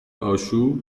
آشوب